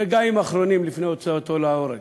ברגעים האחרונים לפני הוצאתו להורג,